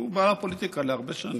הוא בא לפוליטיקה להרבה שנים.